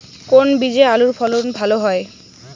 কোন বীজে আলুর ফলন ভালো হয়?